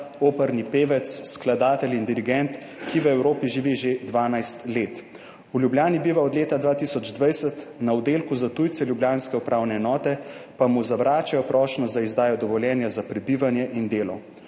operni pevec, skladatelj in dirigent, ki v Evropi živi že dvanajst let. V Ljubljani biva od leta 2020, na oddelku za tujce ljubljanske upravne enote pa mu zavračajo prošnjo za izdajo dovoljenja za prebivanje in delo.«